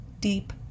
deep